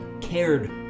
cared